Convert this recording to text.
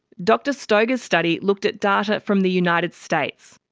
dr stoeger's study looked at data from the united states.